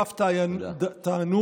ואף טענו